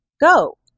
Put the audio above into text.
Go